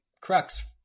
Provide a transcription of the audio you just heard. crux